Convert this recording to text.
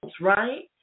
right